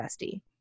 bestie